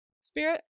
spirit